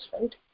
right